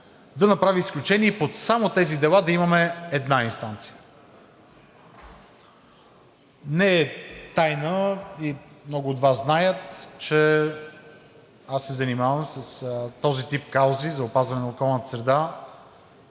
да направи изключение и само по тези дела да имаме една инстанция. Не е тайна и много от Вас знаят, че аз се занимавам с този тип каузи – за опазване на околната среда,